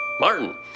Martin